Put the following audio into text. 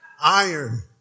iron